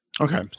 okay